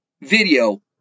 video